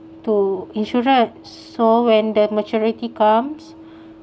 to insurance so when the maturity comes